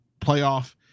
playoff